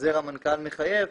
שחוזר המנכ"ל מחייב,